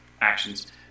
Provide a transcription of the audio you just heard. actions